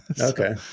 Okay